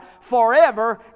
forever